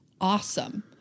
awesome